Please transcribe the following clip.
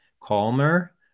calmer